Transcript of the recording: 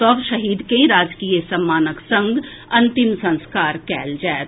सभ शहीद के राजकीय सम्मानक संग अंतिम संस्कार कएल जाएत